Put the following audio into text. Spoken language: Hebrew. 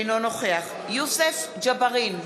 אינו נוכח יוסף ג'בארין,